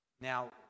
Now